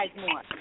more